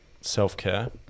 self-care